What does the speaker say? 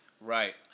Right